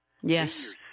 Yes